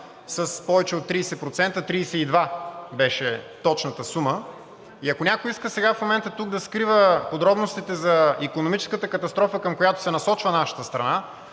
с повече от 30% – 32 беше точната сума, и ако някой иска сега в момента тук да скрива подробностите за икономическата катастрофа, към която се насочва нашата страна,